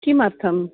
किमर्थं